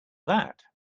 that